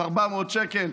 400 שקל,